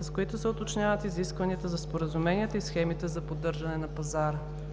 с които се уточняват изискванията за споразуменията и схемите за поддържане на пазара.